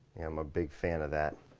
i'm a big fan of that.